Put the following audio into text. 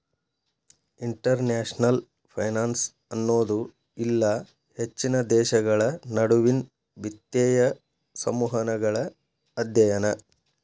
international finance ಅನ್ನೋದು ಇಲ್ಲಾ ಹೆಚ್ಚಿನ ದೇಶಗಳ ನಡುವಿನ್ ವಿತ್ತೇಯ ಸಂವಹನಗಳ ಅಧ್ಯಯನ